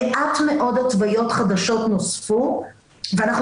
מעט מאוד התוויות חדשות נוספו ואנחנו